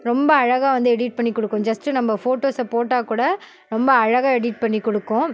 ரொம்ப அழகாக வந்து எடிட் பண்ணிக் கொடுக்கும் ஜஸ்ட்டு நம்ம ஃபோட்டோஸை போட்டால் கூட ரொம்ப அழகாக எடிட் பண்ணிக் கொடுக்கும்